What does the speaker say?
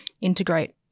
integrate